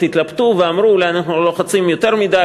התלבטו ואמרו: אולי אנחנו לוחצים יותר מדי,